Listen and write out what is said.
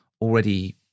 already